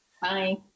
Bye